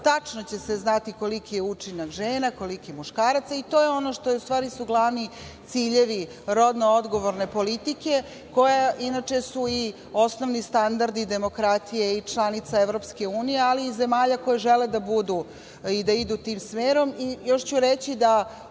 Tačno će se znati koliki je učinak žena, koliki je muškaraca i to je ono što su glavni ciljevi rodno odgovorne politike koji su inače i osnovni standardi demokratije i članica EU, ali iz zemalja koje žele da idu tim smerom. Još